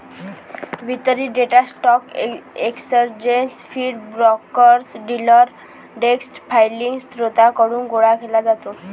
वितरित data stock exchange feed, brokers, dealer desk filing स्त्रोतांकडून गोळा केला जातो